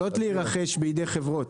יכולות להירכש בידי חברות,